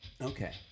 Okay